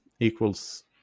equals